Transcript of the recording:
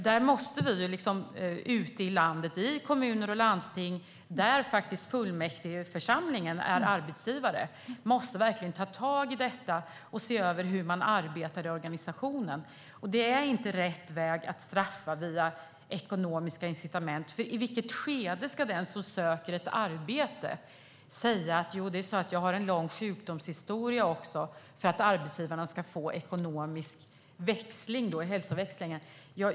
Vi måste ute i landet, i kommuner och landsting där fullmäktigeförsamlingen är arbetsgivare, verkligen ta tag i detta och se över hur man arbetar i organisationen. Att straffa via ekonomiska incitament är inte rätt väg. I vilket skede ska den som söker ett arbete säga "jo, det är så att jag har en lång sjukdomshistoria också" för att arbetsgivarna ska få ekonomisk hälsoväxling?